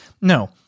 no